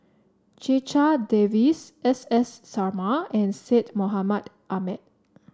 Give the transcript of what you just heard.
Checha Davies S S Sarma and Syed Mohamed Ahmed